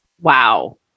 wow